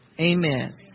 Amen